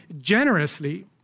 generously